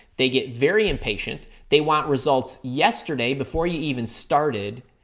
they get very impatient. they want results yesterday before you even started.